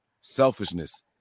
selfishness